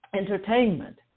entertainment